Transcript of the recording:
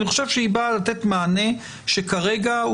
אני חושב שהיא באה לתת מענה שכרגע הוא